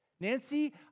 Nancy